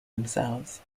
themselves